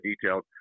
detailed